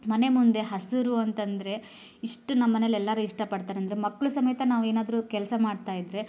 ಮನೆ ಮುಂದೆ ಹಸಿರು ಅಂತ ಅಂದ್ರೆ ಇಷ್ಟು ನಮ್ಮನೇಲಿ ಎಲ್ಲರೂ ಇಷ್ಟಪಡ್ತಾರಂದ್ರೆ ಮಕ್ಳ ಸಮೇತ ನಾವು ಏನಾದರೂ ಕೆಲಸ ಮಾಡ್ತಾಯಿದ್ದರೆ